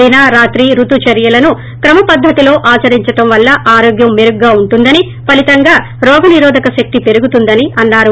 దిన రాత్రి రుతు చర్యలను క్రమపద్గతిలో ఆచరించడం వలన ఆరోగ్యం మెరుగుగా ఉంటుందని ఫలితంగా రోగ నీరోధక శక్తి పెరుగుతుందని అన్నారు